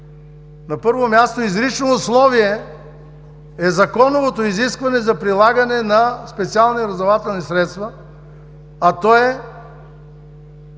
На първо място изрично условие е законовото изискване за прилагане на специални разузнавателни средства (СРС), а то е